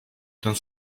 ten